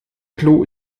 klo